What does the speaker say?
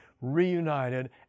reunited